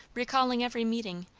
recalling every meeting,